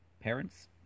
parents